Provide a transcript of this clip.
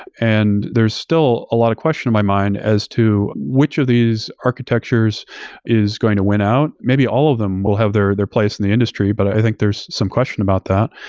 and there's still a lot of question in my mind as to which of these architectures is going to win out? maybe all of them will have their their place in the industry, but i think there's some question about that.